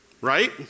Right